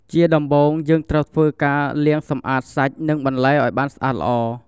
ជាដំបូងយើងត្រូវធ្វើការលាងសម្អាតសាច់និងបន្លែឲ្យបានស្អាតល្អ។